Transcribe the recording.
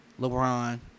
LeBron